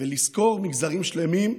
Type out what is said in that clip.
לזכור מגזרים שלמים,